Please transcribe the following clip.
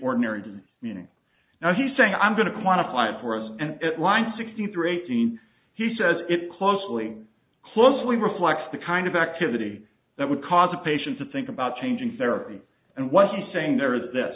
ordinary meaning now he's saying i'm going to quantify it for us and it line sixty three eighteen he says it closely closely reflects the kind of activity that would cause a patient to think about changing therapy and what he's saying there is th